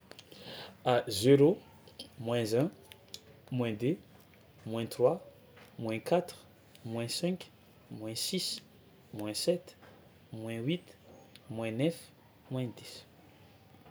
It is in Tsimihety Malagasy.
A zéro, moins un, moins deux, moins trois, moins quatre, moins cinq, moins six, moins sept, moins huit, moins neuf, moins dix.